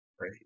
Right